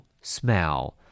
smell